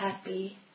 happy